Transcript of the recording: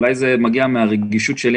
אולי זה מגיע מהרגישות שלי,